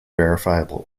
verifiable